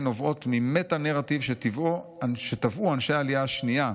נובעות ממטא-נרטיב שטבעו אנשי העלייה השנייה,